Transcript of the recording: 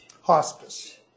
hospice